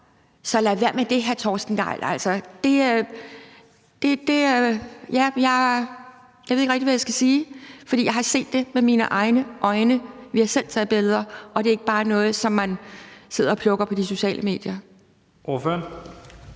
Så lad være med det, hr. Torsten Gejl. Altså, jeg ved ikke rigtig, hvad jeg skal sige, for jeg har set det med mine egne øjne. Vi har selv taget billeder, og det er ikke bare noget, som man sidder og plukker på de sociale medier.